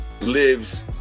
lives